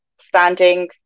standing